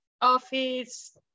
office